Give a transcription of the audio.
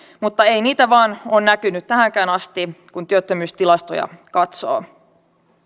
mutta ei niitä vaan ole näkynyt tähänkään asti kun työttömyystilastoja katsoo